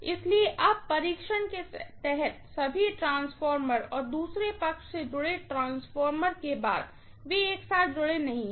इसलिए अब परीक्षण के तहत सभी ट्रांसफार्मर और दूसरे पक्ष से जुड़े ट्रांसफार्मर के बाद वे एक साथ जुड़े नहीं हैं